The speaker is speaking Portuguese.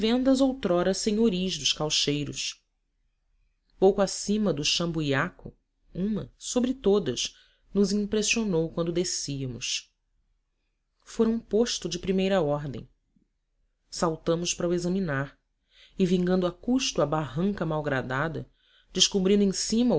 vivendas outrora senhoris dos caucheiros pouco acima do shamboyaco uma sobre todas nos impressionou quando descíamos fora um posto de primeira ordem saltamos para o examinar e vingando a custo a barranca malgradada descobrindo em cima